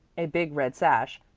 a big red sash,